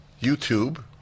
YouTube